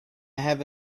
have